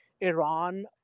Iran